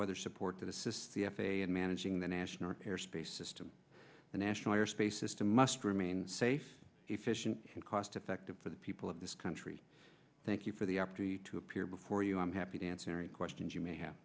weather support that assist the f a a and managing the national airspace system the national airspace system must remain safe efficient and cost effective for the people of this country thank you for the opportunity to appear before you i'm happy to answer any questions you may have